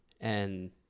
And-